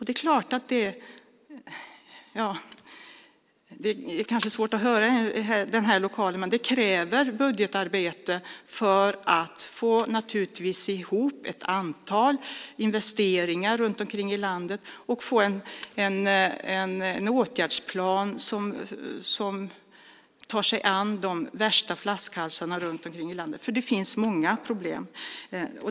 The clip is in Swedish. Det kanske är svårt att höra i den här lokalen, men det krävs naturligtvis budgetarbete för att få ihop ett antal investeringar runt omkring i landet och få en åtgärdsplan som tar sig an de värsta flaskhalsarna runt omkring i landet. Det finns nämligen många problem.